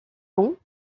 bon